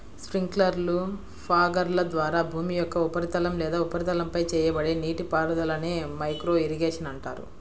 స్ప్రింక్లర్లు, ఫాగర్ల ద్వారా భూమి యొక్క ఉపరితలం లేదా ఉపరితలంపై చేయబడే నీటిపారుదలనే మైక్రో ఇరిగేషన్ అంటారు